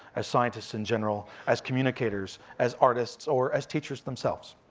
as scientists in general, as communicators, as artists, or as teachers themselves.